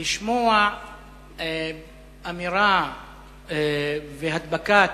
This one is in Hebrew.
לשמוע אמירה והדבקת